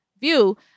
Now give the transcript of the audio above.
view